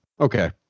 Okay